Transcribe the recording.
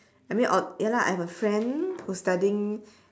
I mean ya lah I have a friend who's studying